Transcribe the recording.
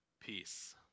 peace